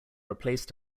replaced